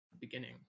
Beginning